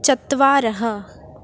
चत्वारः